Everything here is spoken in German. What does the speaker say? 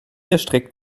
erstreckt